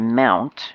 mount